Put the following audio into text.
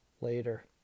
later